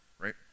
right